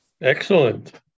Excellent